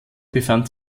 befand